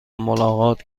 ملاقات